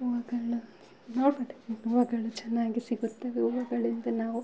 ಹೂವುಗಳ ಹೂವು ಕಟ್ಟುತ್ತೇವೆ ಹೂವುಗಳು ಚೆನ್ನಾಗಿ ಸಿಗುತ್ತವೆ ಹೂವುಗಳಿಂದ ನಾವು